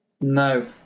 No